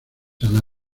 han